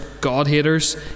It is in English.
God-haters